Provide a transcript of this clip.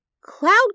Cloud